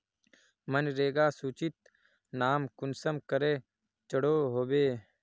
मनरेगा सूचित नाम कुंसम करे चढ़ो होबे?